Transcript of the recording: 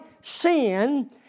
sin